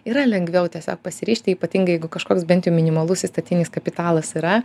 yra lengviau tiesiog pasiryžti ypatingai jeigu kažkoks bent jau minimalus įstatinis kapitalas yra